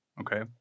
Okay